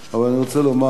אבל אני רוצה לומר: